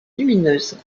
lumineuses